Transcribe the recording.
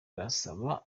arasaba